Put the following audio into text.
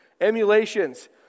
Emulations